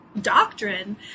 doctrine